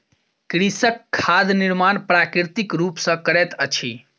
कृषक खाद निर्माण प्राकृतिक रूप सॅ करैत अछि